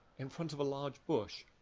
in front of a large bush.